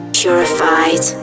purified